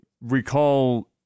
recall